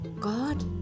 God